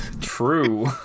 True